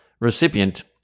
recipient